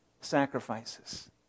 Sacrifices